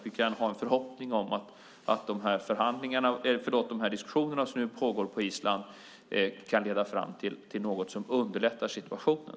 Vi kan ha en förhoppning om att diskussionerna som nu pågår på Island kan leda fram till något som underlättar situationen.